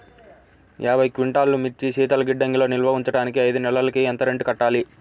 యాభై క్వింటాల్లు మిర్చి శీతల గిడ్డంగిలో నిల్వ ఉంచటానికి ఐదు నెలలకి ఎంత రెంట్ కట్టాలి?